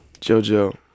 Jojo